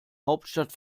hauptstadt